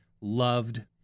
loved